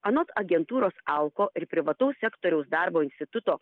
anot agentūros alko ir privataus sektoriaus darbo instituto